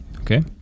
okay